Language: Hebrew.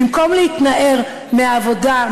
במקום להתנער מהעבודה,